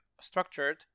structured